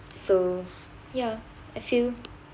so ya I feel